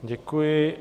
Děkuji.